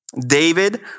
David